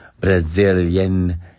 Brazilian